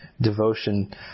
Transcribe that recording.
devotion